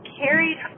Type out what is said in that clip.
carried